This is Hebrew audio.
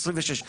26'?